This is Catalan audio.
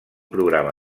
programa